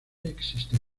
existen